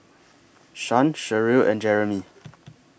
Shan Sherrill and Jeremie